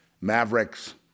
mavericks